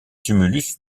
tumulus